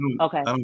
Okay